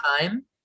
time